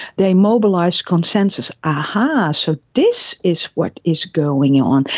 they mobilise consensus aha, so this is what is going and on,